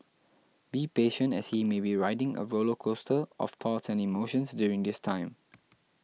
be patient as he may be riding a roller coaster of thoughts and emotions during this time